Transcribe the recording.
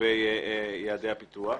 לגבי יעדי הפיתוח.